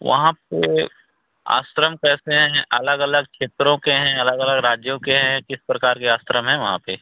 वहाँ पर आश्रम कैसे हैं अलग अलग क्षेत्रों के हैं अलग अलग राज्यों के हैं किस प्रकार के आश्रम हैं वहाँ पर